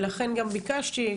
ולכן גם ביקשתי,